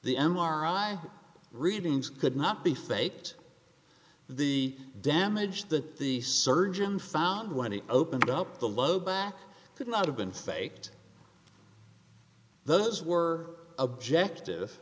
the m r i readings could not be faked the damage that the surgeon found when he opened up the low back could not have been faked those were objective